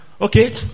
Okay